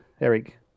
Eric